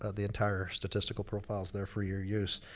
ah the entire statistical profile is there for your use.